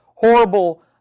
horrible